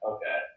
Okay